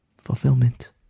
Fulfillment